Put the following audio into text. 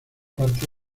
parte